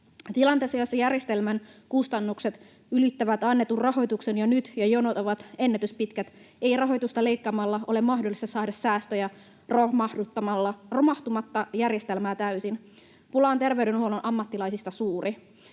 Tilanteessa, jossa järjestelmän kustannukset ylittävät annetun rahoituksen jo nyt ja jonot ovat ennätyspitkät, ei rahoitusta leikkaamalla ole mahdollista saada säästöjä romahduttamatta järjestelmää täysin. Pula terveydenhuollon ammattilaisista on suuri.